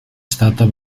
stata